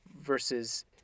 versus